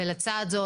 ולצד זאת,